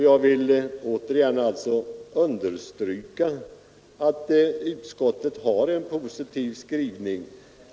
Jag vill åter understryka att utskottet har gjort en positiv skrivning.